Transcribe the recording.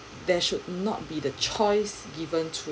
there should not be the choice given